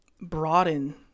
broaden